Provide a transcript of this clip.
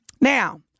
Now